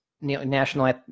National